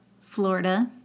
Florida